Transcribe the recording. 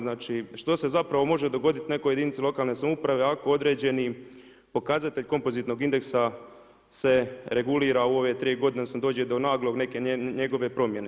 Znači, što se zapravo može dogoditi nekoj jedinici lokalne samouprave ako određeni pokazatelj kompozitnog indeksa se regulira u ove tri godine, odnosno do naglog, neke njegove promjene.